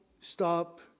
stop